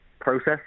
process